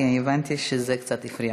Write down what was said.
כי הבנתי שזה קצת הפריע.